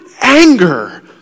anger